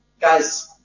Guys